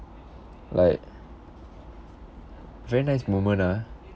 like very nice moment ah